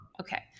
okay